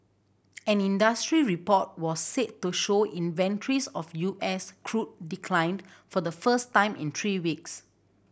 an industry report was said to show inventories of U S crude declined for the first time in three weeks